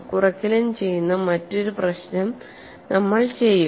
കുറയ്ക്കലും ചെയ്യുന്ന മറ്റൊരു പ്രശ്നം നമ്മൾ ചെയ്യും